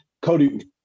Cody